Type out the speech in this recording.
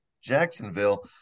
Jacksonville